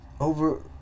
over